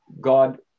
God